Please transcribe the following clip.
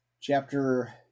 chapter